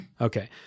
Okay